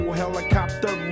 helicopter